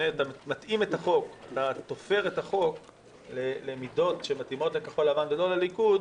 אתה תופר את החוק למידות שמתאימות לכחול לבן ולא לליכוד,